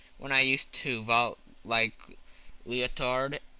when i used to vault like leotard,